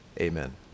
amen